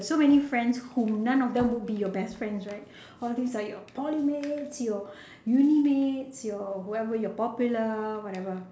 so many friends whom none of them would be your best friends right all these are your poly mates your uni mates your whoever you're popular whatever